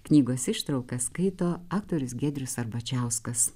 knygos ištrauką skaito aktorius giedrius arbačiauskas